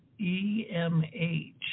EMH